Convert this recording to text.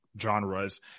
genres